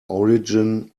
origin